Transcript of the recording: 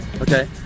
okay